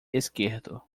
esquerdo